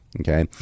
Okay